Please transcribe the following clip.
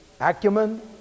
acumen